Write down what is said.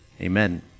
Amen